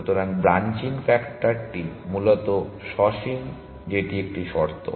সুতরাং ব্রাঞ্চিং ফ্যাক্টরটি মূলত সসীম যেটি একটি শর্ত